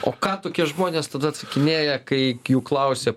o ką tokie žmonės tada atsakinėja kai klausia